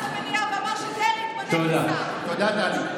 תודה, טלי.